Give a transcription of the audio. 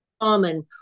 common